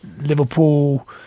Liverpool